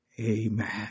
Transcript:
Amen